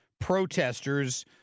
Protesters